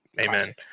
Amen